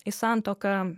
į santuoką